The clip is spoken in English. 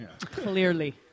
Clearly